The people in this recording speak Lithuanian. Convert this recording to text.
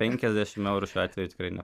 penkiasdešimt eurų šiuo atveju tikrai ne